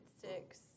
six